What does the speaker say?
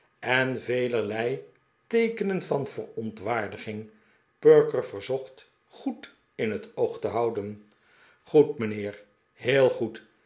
en velerlei teekenen van verontwaardiging perker verzocht goed in het oog te houden goed mijnheer heel goed